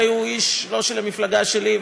הרי הוא איש לא של המפלגה שלי,